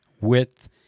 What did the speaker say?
width